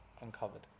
uncovered